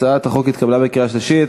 הצעת החוק התקבלה בקריאה שלישית.